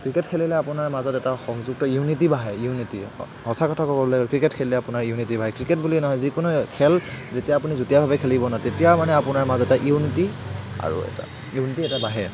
cricket খেলিলে আপোনাৰ মাজত এটা সংযোগ ইউনীটি বাঢ়ে ইউনীটি সঁচা কথা কবলৈ গ'লে ক্ৰিকেট খেলিলে আপোনাৰ ইউনীটি বাঢ়ে ক্ৰিকেট বুলিয়েই নহয় যিকোনো খেল যেতিয়া আপুনি যুটীয়াভাৱে খেলিব ন তেতিয়া মানে আপোনাৰ মাজতে ইউনীটি আৰু এটা ইউনীটি এটা বাঢ়ে